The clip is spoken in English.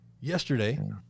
yesterday